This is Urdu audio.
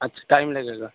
اچھا ٹائم لگے گا